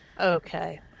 Okay